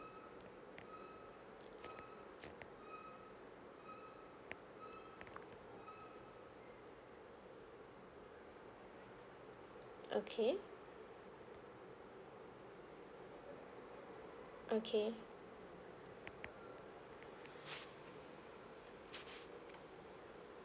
okay okay